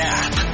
app